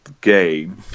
game